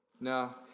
No